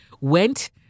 went